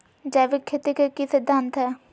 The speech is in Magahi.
जैविक खेती के की सिद्धांत हैय?